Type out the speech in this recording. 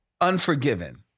Unforgiven